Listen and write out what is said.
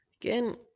Again